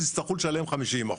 יצטרכו לשלם 50%,